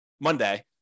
monday